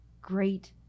great